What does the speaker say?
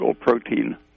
protein